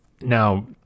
now